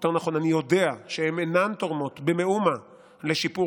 יותר נכון אני יודע שהן אינן תורמות במאומה לשיפור